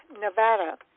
Nevada